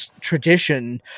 Tradition